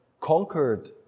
conquered